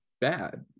bad